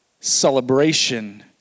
celebration